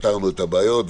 פתרנו את הבעיות,